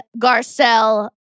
Garcelle